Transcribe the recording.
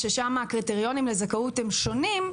ששם הקריטריונים לזכאות הם שונים,